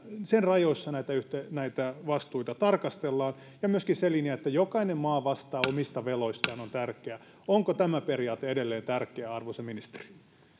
sen rajoissa näitä vastuita tarkastellaan ja myöskin se linja että jokainen maa vastaa omista veloistaan on tärkeä onko tämä periaate edelleen tärkeä arvoisa ministeri